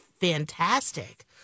fantastic